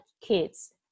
kids